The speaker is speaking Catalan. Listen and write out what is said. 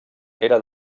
era